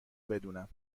بدونم